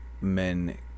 men